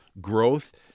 growth-